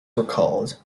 recalled